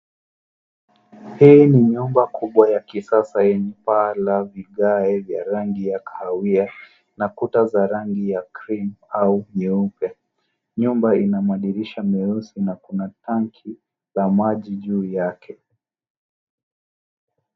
Hii ni nyumba kubwa ya kisasa yenye paa la vigae vya rangi ya kahawia na kuta za rangi ya cream au nyeupe. Nyumba ina madirisha meusi na kuna tangi za maji juu yake.